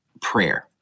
prayer